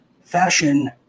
fashion